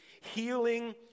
healing